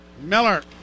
Miller